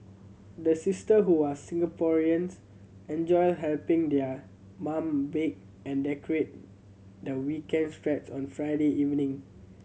the sister who are Singaporeans enjoy helping their mum bake and decorate their weekends treats on Friday evening